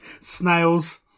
snails